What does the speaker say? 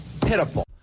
pitiful